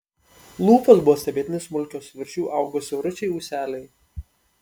lūpos buvo stebėtinai smulkios virš jų augo siauručiai ūseliai